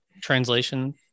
translation